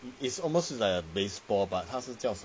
it's almost like baseball but 他是叫